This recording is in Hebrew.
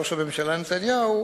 ראש הממשלה נתניהו,